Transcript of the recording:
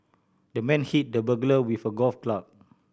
the man hit the burglar with a golf club